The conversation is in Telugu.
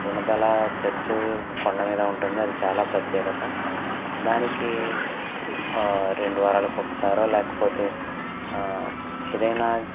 గుణదల చర్చు కొండ మీద ఉంటుంది అది చాలా ప్రత్యేకత దానికి రెండు వారాలకొకసారో లేకపోతే ఏదైనా